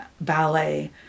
ballet